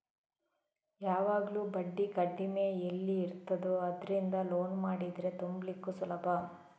ಯಾವಾಗ್ಲೂ ಬಡ್ಡಿ ಕಮ್ಮಿ ಎಲ್ಲಿ ಇರ್ತದೋ ಅದ್ರಿಂದ ಲೋನ್ ಮಾಡಿದ್ರೆ ತುಂಬ್ಲಿಕ್ಕು ಸುಲಭ